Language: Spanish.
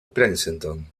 princeton